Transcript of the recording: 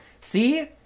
See